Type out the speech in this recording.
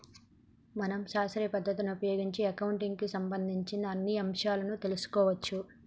మనం శాస్త్రీయ పద్ధతిని ఉపయోగించి అకౌంటింగ్ కు సంబంధించిన అన్ని అంశాలను తెలుసుకోవచ్చు